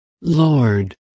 Lord